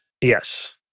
Yes